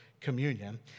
communion